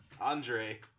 Andre